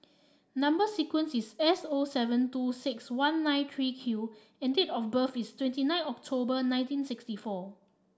number sequence is S O seven two six one nine three Q and date of birth is twenty nine October nineteen sixty four